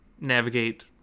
navigate